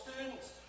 students